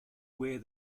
where